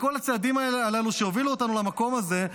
לכל הצעדים הללו שהובילו אותנו למקום הזה,